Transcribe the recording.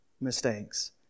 mistakes